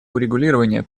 урегулирования